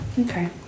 Okay